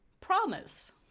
Promise